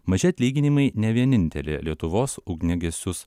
maži atlyginimai ne vienintelė lietuvos ugniagesius